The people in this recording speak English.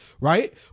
right